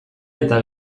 eta